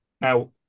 now